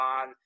on